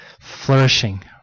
flourishing